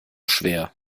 schwer